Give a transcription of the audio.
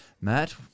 Matt